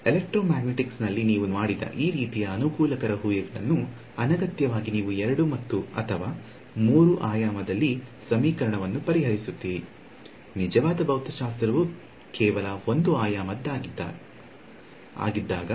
electromagnetics ನಲ್ಲಿ ನೀವು ಮಾಡಿದ ಈ ರೀತಿಯ ಅನುಕೂಲಕರ ಊಹೆಗಳನ್ನು ಅನಗತ್ಯವಾಗಿ ನೀವು 2 ಅಥವಾ 3 ಆಯಾಮದಲ್ಲಿ ಸಮೀಕರಣವನ್ನು ಪರಿಹರಿಸುತ್ತೀರಿ ನಿಜವಾದ ಭೌತಶಾಸ್ತ್ರವು ಕೇವಲ 1 ಆಯಾಮದ ಆಗಿದ್ದಾಗ